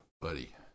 Buddy